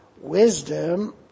wisdom